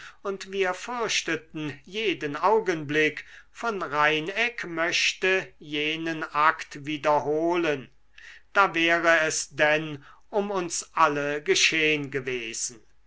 und wir fürchteten jeden augenblick von reineck möchte jenen akt wiederholen da wäre es denn um uns alle geschehn gewesen